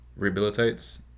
rehabilitates